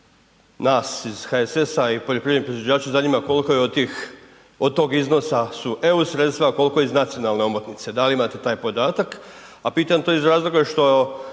Nas iz HSS-a i poljoprivredne proizvođače zanima koliko je od tih, od tog iznosa su EU sredstva, koliko iz nacionalne omotnice, da li imate taj podatak? A pitam to iz razloga što